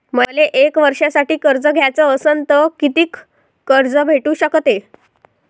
मले एक वर्षासाठी कर्ज घ्याचं असनं त कितीक कर्ज भेटू शकते?